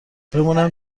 بمونم